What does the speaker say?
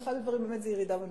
זה באמת ירידה במשקל,